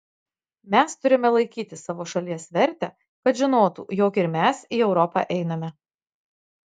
mes turime laikyti savo šalies vertę kad žinotų jog ir mes į europą einame